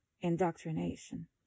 indoctrination